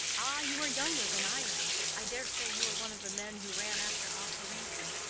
ah, you are younger than i am. i dare say you are one of the men who ran after alcharisi.